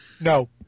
No